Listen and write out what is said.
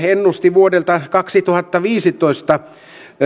ennuste vuodelta kaksituhattaviisitoista